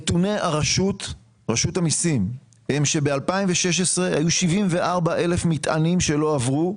נתוני רשות המיסים הם שב-2016 היו 74,000 מטענים שלא עברו.